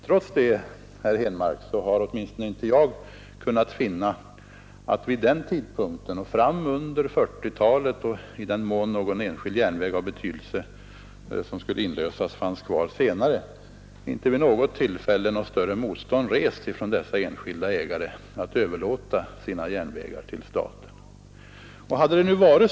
Trots det, herr Henmark, har åtminstone inte jag kunnat finna att det vid något tillfälle rests något större motstånd från dessa enskilda ägare mot att överlåta sina järnvägar — varken vid den tidpunkten, under 1940-talet eller senare, i den mån någon enskild järnväg av betydelse som skulle inlösas då fanns kvar.